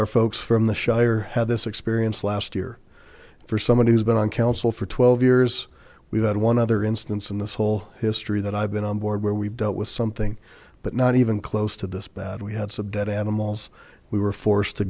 our folks from the shire had this experience last year for someone who's been on council for twelve years we've had one other instance in this whole history that i've been on board where we've dealt with something but not even close to this bad we had subdued animals we were forced to